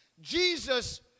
Jesus